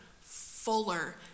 fuller